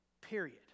Period